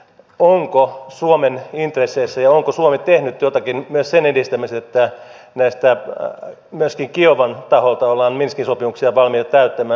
onko suomen intresseissä tehdä ja onko suomi tehnyt jotakin myös sen edistämiseksi että myöskin kiovan taholta ollaan minskin sopimuksen ehtoja valmiita täyttämään